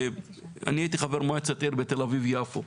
אני הייתי חבר מועצת עיר בתל אביב יפו,